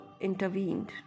intervened